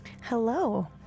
Hello